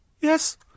Yes